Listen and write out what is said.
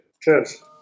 Cheers